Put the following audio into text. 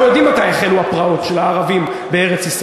אנחנו יודעים מתי החלו הפרעות של הערבים בארץ-ישראל,